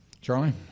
Charlie